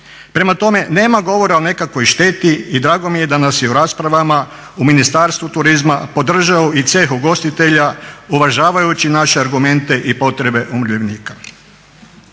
Prema tome, nema govora o nekakvoj šteti i drago mi je da nas je u raspravama u Ministarstvu turizma podržao i ceh ugostitelja uvažavajući naše argumente i potrebe umirovljenika.